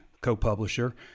co-publisher